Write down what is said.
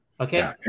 Okay